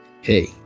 Hey